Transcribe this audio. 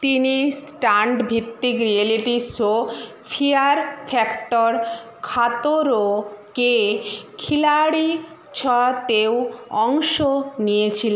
তিনি স্টান্ট ভিত্তিক reality show fear factor Khatron Ke Khiladi ছতেও অংশ নিয়েছিল